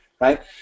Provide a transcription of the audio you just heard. right